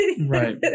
right